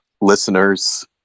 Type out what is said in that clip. listeners